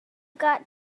got